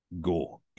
go